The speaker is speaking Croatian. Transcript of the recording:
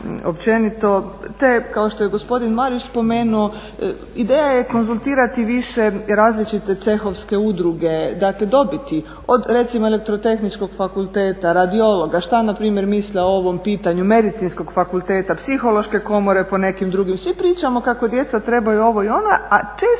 Te kao što je gospodin Marić spomenuo, ideja je konzultirati različite cehovske udruge, dakle dobiti. Od recimo Elektrotehničkog fakulteta, radiologa šta npr. misle o ovom pitanju, Medicinskog fakulteta, Psihološke komore po nekim drugim, svi pričamo kako djeca trebaju ovo i ono a često uopće